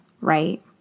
right